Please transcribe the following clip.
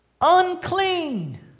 unclean